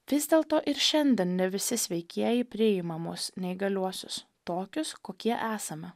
vis dėlto ir šiandien ne visi sveikieji priima mus neįgaliuosius tokius kokie esame